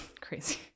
crazy